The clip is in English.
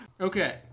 Okay